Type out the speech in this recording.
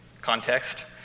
Context